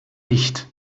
nicht